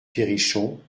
perrichon